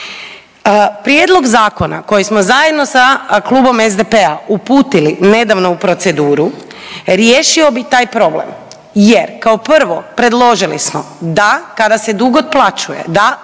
Prijedlog zakona koji smo zajedno sa klubom SDP-a uputili nedavno u proceduru riješio bi taj problem jer kao prvo predložili smo da kada se dug otplaćuje, da